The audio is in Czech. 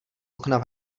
okna